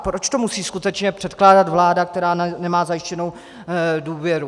Proč to musí skutečně předkládat vláda, která nemá zajištěnou důvěru?